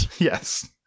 Yes